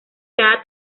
cada